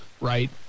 right